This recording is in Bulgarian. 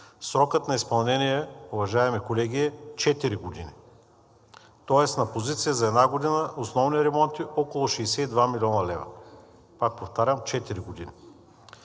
Срокът на изпълнение, уважаеми колеги, е четири години, тоест на позиция за една година основни ремонти около 62 милиона лева. Пак повтарям – четири